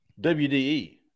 WDE